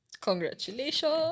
Congratulations